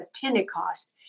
Pentecost